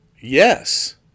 yes